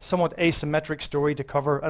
somewhat asymmetric story to cover. and